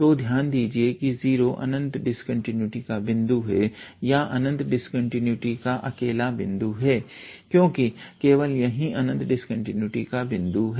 तो ध्यान दीजिए कि 0 अनंत डिस्कंटीन्यूटी का बिंदु है या अनंत डिस्कंटीन्यूटी का अकेला बिंदु है क्योंकि केवल यही अनंत डिस्कंटीन्यूटी का बिंदु है